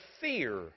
fear